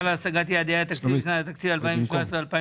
להשגת יעדי התקציב לשנות התקציב 2017 ו-2018)